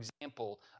example